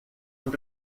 han